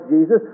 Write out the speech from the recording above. Jesus